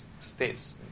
states